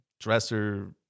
dresser